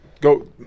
go